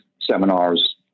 seminars